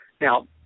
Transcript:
Now